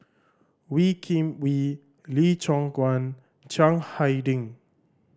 Wee Kim Wee Lee Choon Guan Chiang Hai Ding